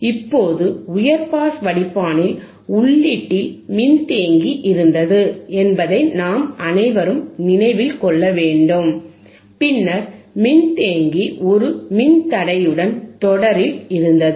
இப்போது உயர் பாஸ் வடிப்பானில் உள்ளீட்டில் மின்தேக்கி இருந்தது என்பதை நாம் அனைவரும் நினைவில் கொள்ள வேண்டும் பின்னர் மின்தேக்கி ஒரு மின்தடையுடன் தொடரில் இருந்தது